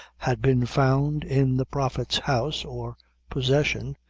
had been found in the prophet's house or possession,